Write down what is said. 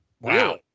Wow